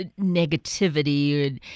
negativity